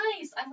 nice